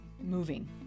moving